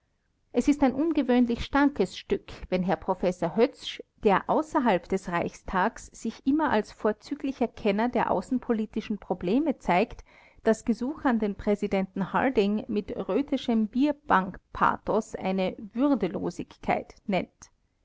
es ist ein ungewöhnlich starkes stück wenn herr professor hoetzsch der außerhalb des reichstags sich immer als vorzüglicher kenner der außenpolitischen probleme zeigt das gesuch an den präsidenten harding mit roetheschem bierbankpathos eine würdelosigkeit nennt